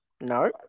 No